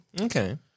Okay